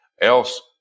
else